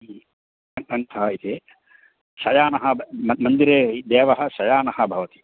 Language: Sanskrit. रङ्गनाथः इति शयानः मन्दिरं मन्दिरे देवः शयानः भवति